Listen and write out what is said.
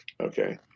Okay